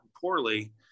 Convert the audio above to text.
poorly